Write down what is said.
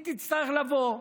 היא תצטרך לבוא,